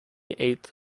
eighth